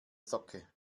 socke